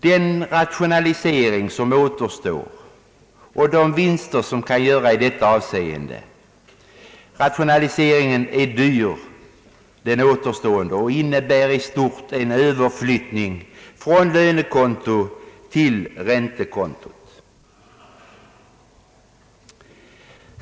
Den rationalisering som återstår är dyr och innebär i stort sett en överflyttning av kostnaden från lönetill räntekontot.